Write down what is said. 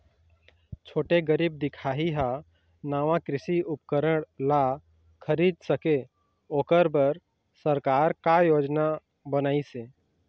छोटे गरीब दिखाही हा नावा कृषि उपकरण ला खरीद सके ओकर बर सरकार का योजना बनाइसे?